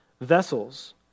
Vessels